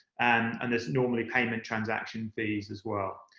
and and there's normally payment transaction fees as well.